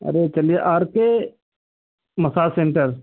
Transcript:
अरे चलिए R K massage centre